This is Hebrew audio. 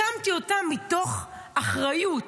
הקמתי אותה מתוך אחריות,